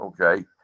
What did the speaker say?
okay